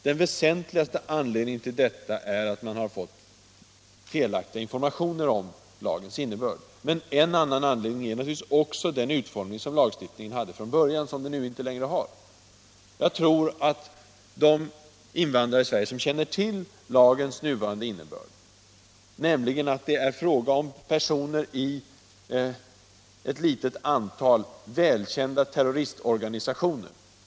Den väsentligaste anledningen till detta är att man har fått felaktiga informationer om lagens innebörd. En annan anledning är naturligtvis också den utformning som lagstiftningen hade från början, men som den nu inte längre har. Spaningsåtgärderna kan sättas in mot några få personer i ett litet antal välkända terroristorganisationer.